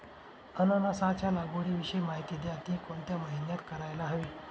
अननसाच्या लागवडीविषयी माहिती द्या, ति कोणत्या महिन्यात करायला हवी?